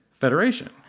federation